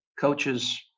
coaches